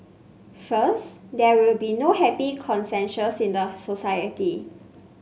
first there will be no happy consensus in the society